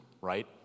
right